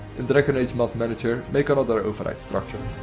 in dragon age mod manager make another override structure.